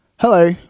Hello